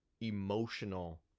emotional